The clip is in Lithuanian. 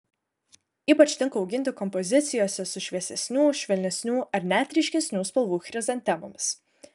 ypač tinka auginti kompozicijose su šviesesnių švelnesnių ar net ryškesnių spalvų chrizantemomis